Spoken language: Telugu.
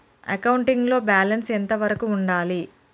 అకౌంటింగ్ లో బ్యాలెన్స్ ఎంత వరకు ఉండాలి?